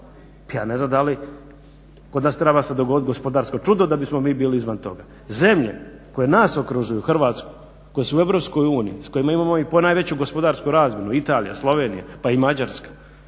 ja ne znam da li, kod nas treba se dogodit gospodarsko čudo da bismo mi bili izvan toga. Zemlje koje nas okružuju, Hrvatsku, koje su u Europskoj uniji, s kojima imamo i ponajveću gospodarsku razmjenu, Italija, Slovenija pa i Mađarska